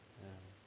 ya